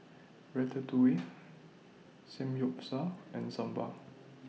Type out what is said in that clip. Ratatouille Samgyeopsal and Sambar